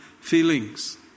feelings